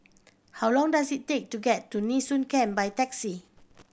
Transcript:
how long does it take to get to Nee Soon Camp by taxi